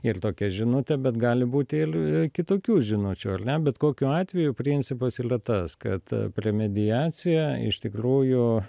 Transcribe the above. ir tokia žinutė bet gali būti il kitokių žinučių al ne bet kokiu atveju principas ylia tas kad premediacija iš tikrųjų